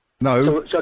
No